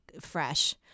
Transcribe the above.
fresh